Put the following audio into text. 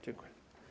Dziękuję.